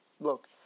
look